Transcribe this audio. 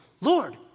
Lord